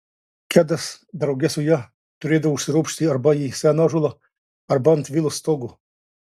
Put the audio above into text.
kedas drauge su ja turėdavo užsiropšti arba į seną ąžuolą arba ant vilos stogo